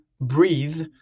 breathe